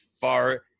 far